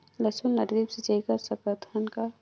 लसुन ल ड्रिप सिंचाई कर सकत हन का?